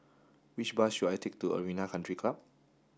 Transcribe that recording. which bus should I take to Arena Country Club